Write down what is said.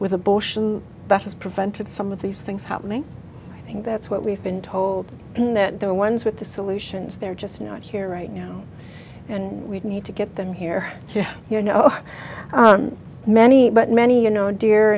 with a bow that has prevented some of these things happening i think that's what we've been told that there are ones with the solutions they're just not here right now and we need to get them here you know many many you know de